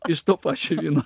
iš to pačio vyno